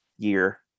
year